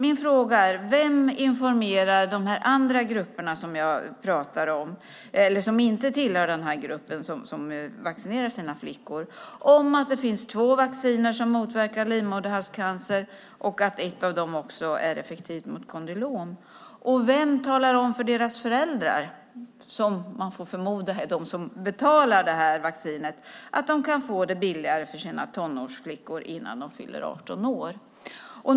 Min fråga är: Vem informerar de andra grupper som jag pratar om och som inte tillhör den grupp som vaccinerar sina flickor om att det finns två vacciner som motverkar livmoderhalscancer och att ett av dem också är effektivt mot kondylom? Och vem talar om för deras föräldrar, som man får förmoda är de som betalar detta vaccin, att de kan få det billigare till sina tonårsflickor innan dessa fyller 18 år?